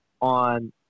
on